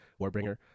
warbringer